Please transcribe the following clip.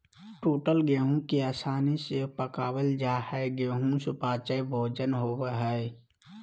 टूटल गेहूं के आसानी से पकवल जा हई गेहू सुपाच्य भोजन होवई हई